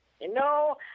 No